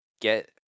get